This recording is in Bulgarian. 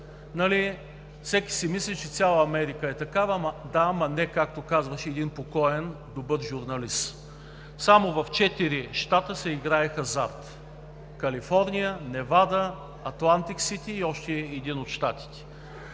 всеки си мисли, че в цяла Америка е така. „Да, ама не!“, както казваше един покоен добър журналист. Само в четири щата се играе хазарт – Калифорния, Невада, Атлантик сити и още един от щатите.